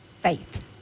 faith